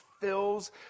fills